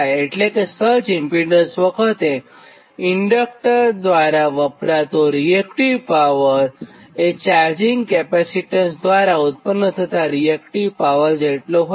એટલે કે surge impedance વખતે ઇન્ડક્ટર દ્વારા વપરાતો રીએક્ટીવ પાવર એ ચાર્જિંગ કેપેસિટન્સ દ્વારા ઊતપન્ન થતાં રીએક્ટીવ પાવર જેટલો હોય છે